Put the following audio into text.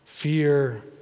Fear